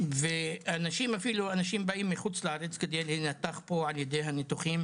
ויש אנשים אפילו שבאים מחו"ל כדי לעבור פה את הניתוח על ידי המנתחים